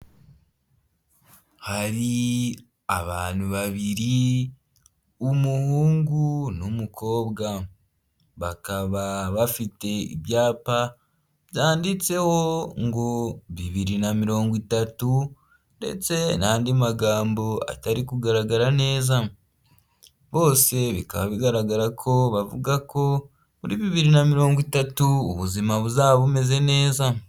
Hari abantu babiri umuhungu n'umukobwa, bakaba bafite ibyapa byanditseho ngo bibiri na mirongo itatu ndetse n'andi magambo atari kugaragara neza, bose bikaba bigaragara ko bavuga ko muri bibiri na mirongo itatu ubuzima buzaba bumeze neza.